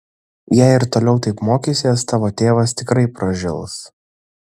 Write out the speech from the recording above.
jei ir toliau taip mokysies tavo tėvas tikrai pražils